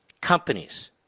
companies